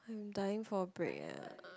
dying for break ya